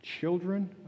children